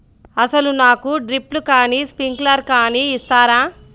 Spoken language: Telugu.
అసలు నాకు డ్రిప్లు కానీ స్ప్రింక్లర్ కానీ ఇస్తారా?